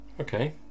Okay